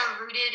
rooted